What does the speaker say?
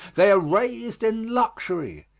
they are raised in luxury,